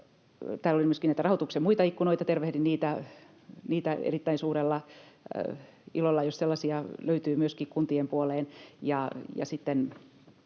Täällä oli myöskin näitä rahoituksen muita ikkunoita. Tervehdin niitä erittäin suurella ilolla, jos sellaisia löytyy myöskin kuntien puoleen.